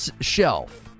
shelf